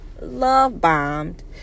love-bombed